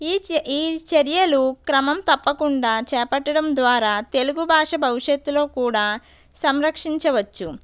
ఈ చ ఈ చర్యలు క్రమం తప్పకుండా చేపట్టడం ద్వారా తెలుగు భాష భవిష్యత్తులో కూడా సంరక్షించవచ్చు